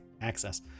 access